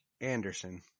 Anderson